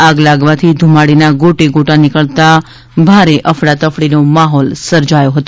આગ લાગવાથી ધુમાડાના ગોટેગોટા નીકળતા ભારે અફડાતફડીનો માહોલ સર્જાયો હતો